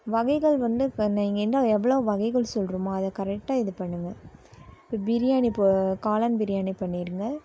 வகைகள் வந்து க இந்த இங்கே இன்னும் எவ்வளோ வகைகள் சொல்கிறமோ அதை கரெக்டாக இது பண்ணுங்கள் இப்போ பிரியாணி இப்போது காளான் பிரியாணி பண்ணிடுங்கள்